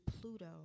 Pluto